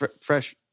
fresh